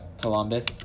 Columbus